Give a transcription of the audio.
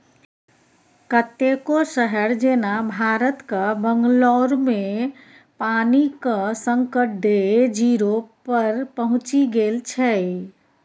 कतेको शहर जेना भारतक बंगलौरमे पानिक संकट डे जीरो पर पहुँचि गेल छै